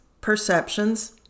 perceptions